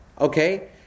okay